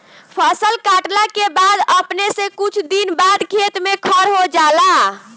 फसल काटला के बाद अपने से कुछ दिन बाद खेत में खर हो जाला